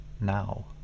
now